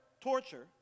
torture